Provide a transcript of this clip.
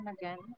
again